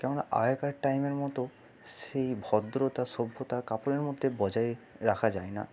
কেননা আগেকার টাইমের মতো সেই ভদ্রতা সভ্যতা কাপড়ের মধ্যে বজায় রাখা যায় না